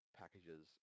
packages